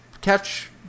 Catch